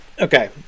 Okay